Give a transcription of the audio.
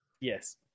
Yes